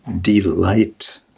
delight